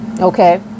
okay